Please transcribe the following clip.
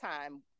time